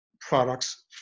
products